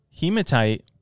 Hematite